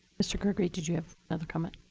mr. gregory did you have another comment?